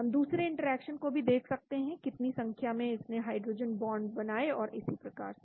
हम दूसरे इंटरेक्शन को भी देख सकते हैं कितनी संख्या में इसने हाइड्रोजन बांड बनाए और इसी प्रकार से